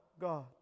God